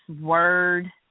word